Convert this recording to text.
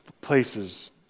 places